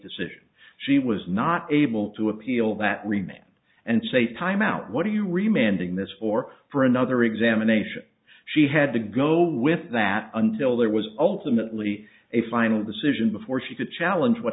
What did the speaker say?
decision she was not able to appeal that remit and say timeout what do you remain doing this for for another examination she had to go with that until there was ultimately a final decision before she could challenge what